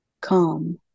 calm